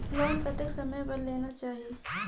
Loan कतेक समय बर लेना चाही?